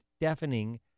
deafening